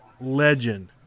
legend